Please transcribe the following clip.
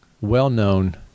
well-known